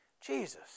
Jesus